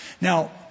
Now